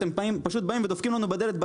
אתם פשוט באים ודופקים לנו בדלת בעסק,